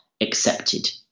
accepted